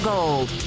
Gold